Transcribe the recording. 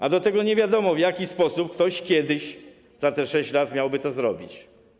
A do tego nie wiadomo, w jaki sposób ktoś kiedyś za te 6 lat miałby to zrobić.